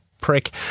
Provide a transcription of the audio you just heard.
prick